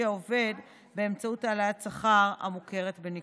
העובד באמצעות העלאת שכר המוכרת בניכוי.